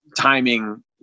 timing